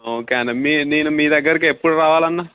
okay అన్న మీ నేను మీ దగ్గరకి ఎప్పుడు రావాలన్న